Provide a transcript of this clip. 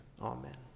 amen